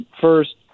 First